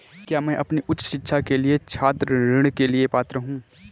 क्या मैं अपनी उच्च शिक्षा के लिए छात्र ऋण के लिए पात्र हूँ?